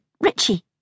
Richie